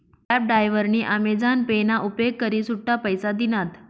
cab डायव्हरनी Amazon Pay ना उपेग करी सुट्टा पैसा दिनात